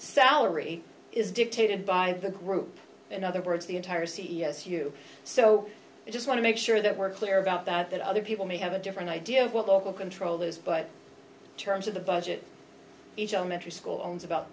salary is dictated by the group in other words the entire c s u so you just want to make sure that we're clear about that that other people may have a different idea of what local control is but in terms of the budget each elementary school owns about